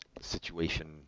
situation